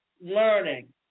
learning